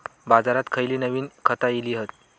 बाजारात खयली नवीन खता इली हत?